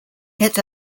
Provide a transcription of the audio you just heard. hits